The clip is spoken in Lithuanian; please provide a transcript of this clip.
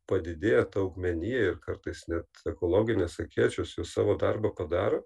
padidėja ta augmenija ir kartais net ekologinės akėčios jos savo darbą padaro